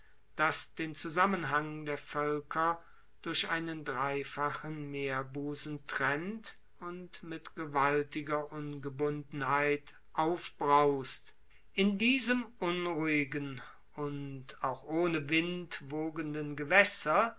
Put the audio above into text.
das den zusammenhang der völker durch einen dreifachen meerbusen trennt und mit gewaltiger ungebundenheit aufbraust in diesem unruhigen und auch ohne wind wogenden gewässer